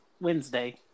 Wednesday